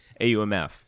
AUMF